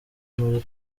muri